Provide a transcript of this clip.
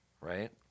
right